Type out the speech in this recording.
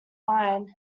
mine